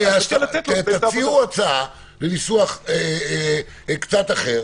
שתציעו הצעה לניסוח קצת אחר.